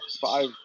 five